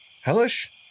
Hellish